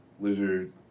lizard